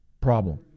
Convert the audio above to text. problem